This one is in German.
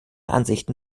ansichten